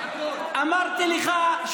אני אגיד הכול.